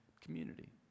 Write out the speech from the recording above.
community